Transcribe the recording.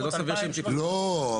המחוזות אולי יהיו פה בישיבות,